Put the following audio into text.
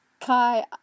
Kai